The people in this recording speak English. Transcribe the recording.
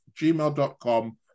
gmail.com